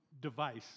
device